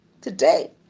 Today